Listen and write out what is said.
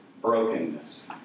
brokenness